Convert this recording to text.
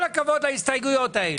כל הכבוד להסתייגויות האלה.